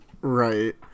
Right